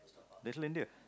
Little India